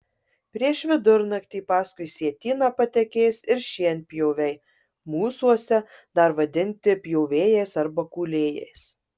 prieš vidurnaktį paskui sietyną patekės ir šienpjoviai mūsuose dar vadinti pjovėjais arba kūlėjais